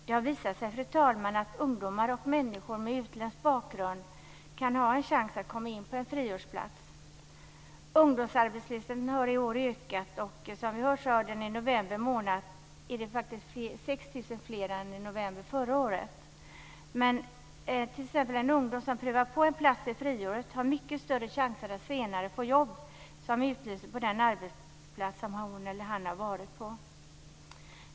Det har visat sig, fru talman, att ungdomar och människor med utländsk bakgrund kan ha en chans att komma in på en friårsplats. Ungdomsarbetslösheten har i år ökat, och som vi hörde var det i november månad faktiskt 6 000 fler än i november förra året. En ung människa som prövar på en plats under ett friår har mycket större chans att senare få jobb som utlyses på den arbetsplats som han eller hon har varit på.